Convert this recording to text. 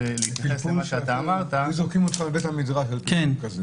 בהתייחסות למה שאמרת --- היו זורקים אותך מבית המדרש על --- כזה.